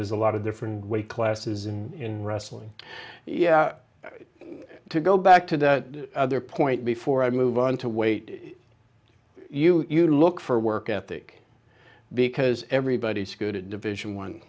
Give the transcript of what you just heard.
there's a lot of different weight classes in wrestling yeah to go back to that other point before i move on to weight you you look for work ethic because everybody's good at division one